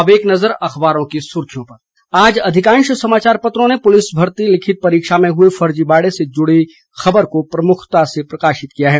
अब एक नजर अखबारों की सुर्खियों पर आज अधिकांश समाचार पत्रों ने पुलिस भर्ती लिखित परीक्षा में हुए फर्जीवाड़े से जुड़ी खबर को प्रमुखता से प्रकाशित किया है